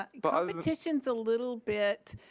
but but competition is a little bit,